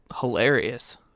hilarious